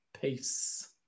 Peace